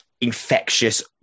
infectious